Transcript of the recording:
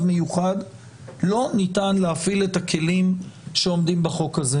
מיוחד - לא ניתן להפעיל את הכלים שעומדים בחוק הזה.